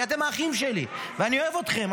כי אתם האחים שלי ואני אוהב אתכם,